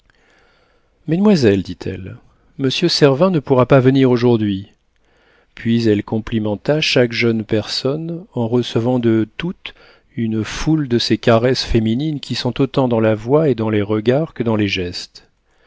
mesdemoiselles dit-elle monsieur servin ne pourra pas venir aujourd'hui puis elle complimenta chaque jeune personne en recevant de toutes une foule de ces caresses féminines qui sont autant dans la voix et dans les regards que dans les gestes